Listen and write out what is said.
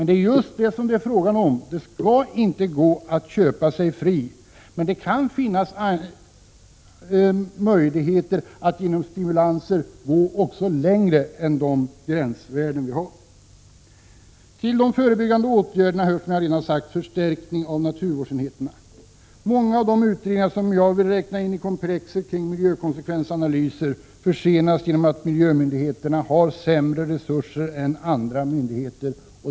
Det är just det som det är fråga om. Det skall inte gå att köpa sig fri. Men det skall finnas möjligheter att genom stimulanser gå längre än de gränsvärden som finns. Till de förebyggande åtgärderna hör, som redan sagts, också förstärkning av naturvårdsenheterna. Många av de utredningar som jag vill räkna in i komplexet kring miljökonsekvensanalyser försenas genom att miljömyndigheterna har sämre resurser än andra myndigheter.